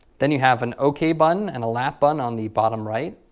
then you have an ok button and a lap button on the bottom right,